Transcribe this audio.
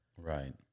Right